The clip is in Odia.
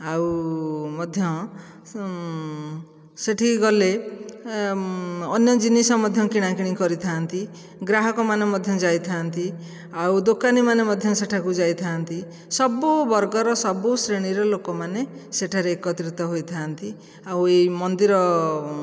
ଆଉ ମଧ୍ୟ ସେଠିକି ଗଲେ ଅନ୍ୟ ଜିନିଷ ମଧ୍ୟ କିଣାକିଣି କରିଥାନ୍ତି ଗ୍ରାହାକମାନେ ମଧ୍ୟ ଯାଇଥାନ୍ତି ଆଉ ଦୋକାନୀ ମାନେ ମଧ୍ୟ ସେଠାକୁ ଯାଇଥାନ୍ତି ସବୁ ବର୍ଗର ସବୁ ଶ୍ରେଣୀର ଲୋକମାନେ ସେଠାରେ ଏକତ୍ରିତ ହୋଇଥାନ୍ତି ଆଉ ଏଇ ମନ୍ଦିର